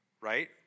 right